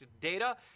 data